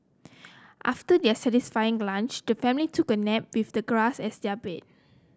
after their satisfying lunch the family took a nap with the grass as their bed